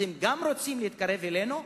אתם גם רוצים להתקרב אלינו?